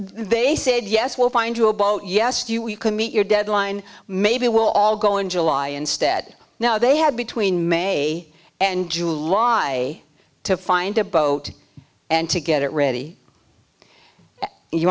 they said yes we'll find you a boat yes you we can meet your deadline maybe we'll all go in july instead now they have between may and july to find a boat and to get it ready you